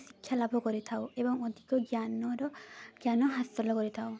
ଅଧିକ ଶିକ୍ଷା ଲାଭ କରିଥାଉ ଏବଂ ଅଧିକ ଜ୍ଞାନର ଜ୍ଞାନ ହାସଲ କରିଥାଉ